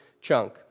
chunk